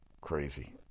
Crazy